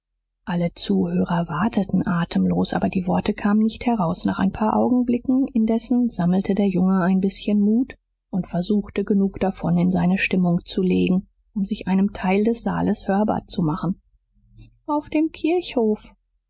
alle zuhörer warteten atemlos aber die worte kamen nicht heraus nach ein paar augenblicken indessen sammelte der junge ein bißchen mut und versuchte genug davon in seine stimmung zu legen um sich einem teil des saales hörbar zu machen auf dem kirchhof